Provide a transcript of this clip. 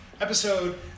episode